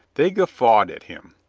they guffawed at him.